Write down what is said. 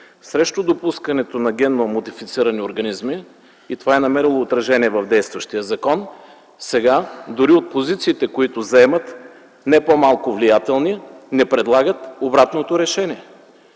срещу допускането на генно модифицирани организми и това е намерило отражение в действащия закон, сега дори от позициите, които заемат – не по-малко влиятелни, не предлагат обратното решение?